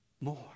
More